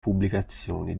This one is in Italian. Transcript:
pubblicazioni